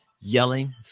yelling